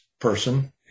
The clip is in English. person